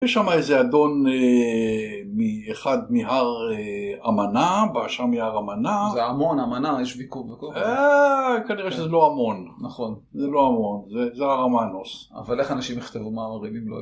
יש שם איזה אדון מאחד מהר עמנה, באשר מהר עמנה. זה עמון, עמנה, יש ויכוח בכל כלום. כנראה שזה לא עמון. נכון. זה לא עמון, זה הר עמנוס. אבל איך אנשים יכתבו מאמרים אם לא הגיעו?